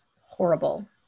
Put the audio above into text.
horrible